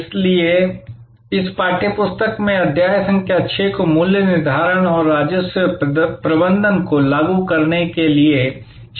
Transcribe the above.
इसलिए इस पाठ्य पुस्तक में अध्याय संख्या 6 को मूल्य निर्धारण और राजस्व प्रबंधन को लागू करने के लिए शीर्षक दिया गया है